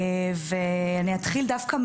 ואני אתחיל דווקא,